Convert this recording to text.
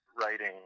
writing